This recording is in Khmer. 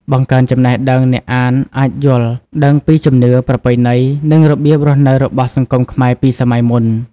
បង្កើនចំណេះដឹង អ្នកអានអាចយល់ដឹងពីជំនឿ ប្រពៃណី និងរបៀបរស់នៅរបស់សង្គមខ្មែរពីសម័យមុន។